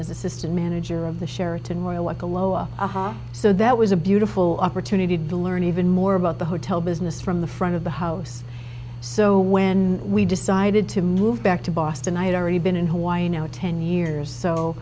as assistant manager of the sheraton where i work a low a ha so that was a beautiful opportunity to learn even more about the hotel business from the front of the house so when we decided to move back to boston i had already been in hawaii now ten years so